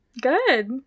Good